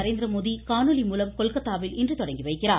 நரேந்திரமோடி காணொலி மூலம் கொல்கத்தாவில் இன்று தொடங்கி வைக்கிறார்